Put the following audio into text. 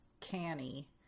canny